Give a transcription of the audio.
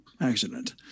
accident